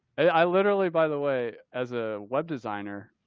i literally, by the way, as a web designer,